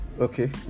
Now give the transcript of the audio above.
Okay